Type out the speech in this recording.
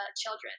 children